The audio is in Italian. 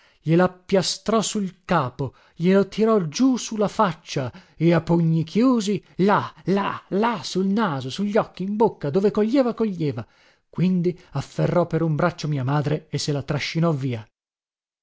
della pasta glielappiastrò sul capo glielo tirò giù su la faccia e a pugni chiusi là là là sul naso sugli occhi in bocca dove coglieva coglieva quindi afferrò per un braccio mia madre e se la trascinò via